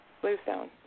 Bluestone